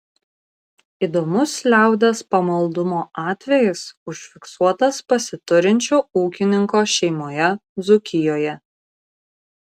įdomus liaudies pamaldumo atvejis užfiksuotas pasiturinčio ūkininko šeimoje dzūkijoje